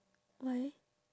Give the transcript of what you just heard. why